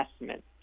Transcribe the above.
investment